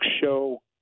show